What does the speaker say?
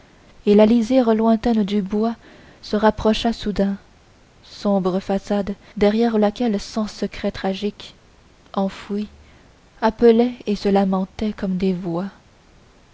et la lisière lointaine du bois se rapprocha soudain sombre façade derrière laquelle cent secrets tragiques enfouis appelaient et se lamentaient comme des voix